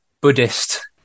Buddhist